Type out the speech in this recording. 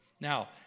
Now